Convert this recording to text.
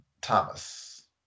Thomas